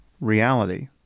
reality